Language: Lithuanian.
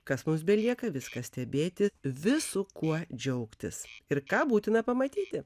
kas mums belieka viską stebėti visu kuo džiaugtis ir ką būtina pamatyti